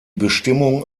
bestimmung